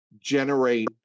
generate